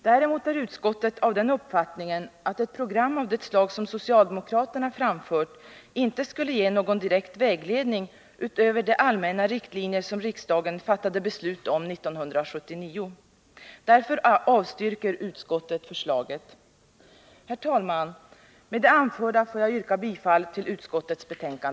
Däremot är utskottet av den uppfattningen att ett program av det slag som socialdemokraterna framfört inte skulle ge någon direkt vägledning utöver de allmänna riktlinjer som riksdagen fattade beslut om 1979. Därför avstyrker utskottet förslaget. Herr talman! Med det anförda får jag yrka bifall till utskottets hemställan.